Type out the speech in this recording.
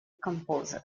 composer